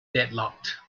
deadlocked